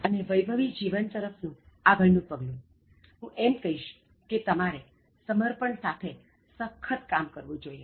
અને વૈભવી જીવન તરફનું આગળનું પગલું હું એમ કહીશ કે તમારે સમર્પણ સાથે સખત કામ કરવું જોઇએ